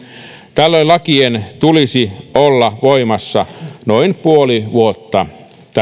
tällöin lakien tulisi olla voimassa noin puoli vuotta